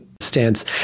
stance